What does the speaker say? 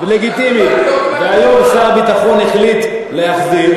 הייתה תשובה.